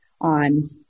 on